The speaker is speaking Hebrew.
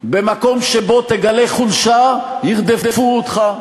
במקום שבו תגלה חולשה, ירדפו אותך,